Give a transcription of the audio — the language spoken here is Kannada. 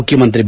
ಮುಖ್ಯಮಂತ್ರಿ ಬಿ